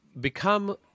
become